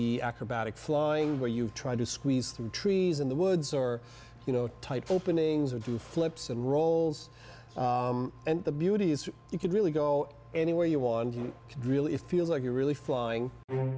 v acrobatic flying where you try to squeeze through trees in the woods or you know type openings and do flips and rolls and the beauty is you can really go anywhere you want he really feels like you're really flying